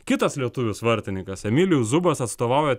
kitas lietuvis vartininkas emilijus zubas atstovauja